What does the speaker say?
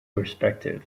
perspective